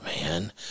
man